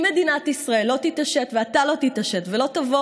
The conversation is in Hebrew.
אם מדינת ישראל לא תתעשת ואתה לא תתעשת ולא תבוא